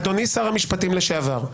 אדוני שר המשפטים לשעבר,